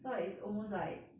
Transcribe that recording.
so like it's almost like